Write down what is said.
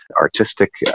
artistic